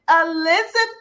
Elizabeth